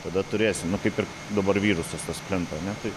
tada turėsim nu kaip ir dabar virusas tas plinta ne taip